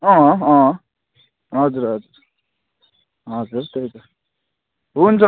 अँ अँ अँ अँ हजुर हजुर हजुर त्यही त हुन्छ